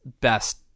best